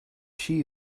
she